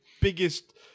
biggest